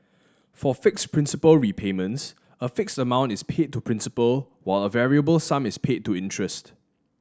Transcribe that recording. for fixed principal repayments a fixed amount is paid to principal while a variable sum is paid to interest